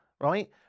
right